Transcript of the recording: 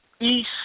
East